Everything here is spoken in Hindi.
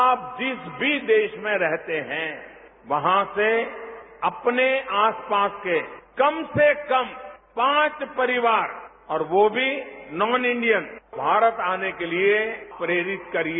आप जिस भी देस में रहते हैं वहां से अपने आसपास के कम से कम पांच परिवार और वह भी नॉन इंडियन भारत आने के लिए प्रेरित करिए